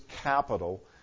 capital